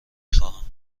خواهم